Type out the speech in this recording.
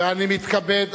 ואני מתכבד,